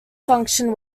function